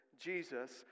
Jesus